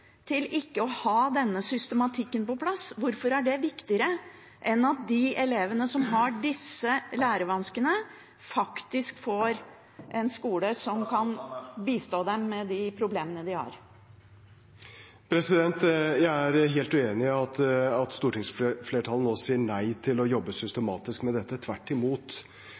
til ikke å ha denne systematikken på plass, viktigere enn at de elevene som har disse lærevanskene, faktisk møter en skole som kan bistå dem med de problemene de har? Jeg er helt uenig i at stortingsflertallet nå sier nei til å jobbe systematisk med dette – tvert imot.